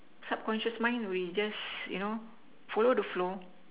subconscious mind we just you know follow the flow